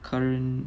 current